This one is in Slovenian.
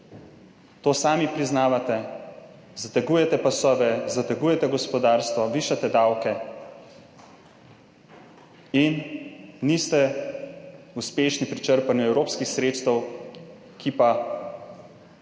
to sami priznavate, zategujete pasove, zategujete gospodarstvo, višate davke in niste uspešni pri črpanju evropskih sredstev, ki pa